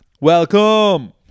welcome